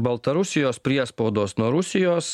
baltarusijos priespaudos nuo rusijos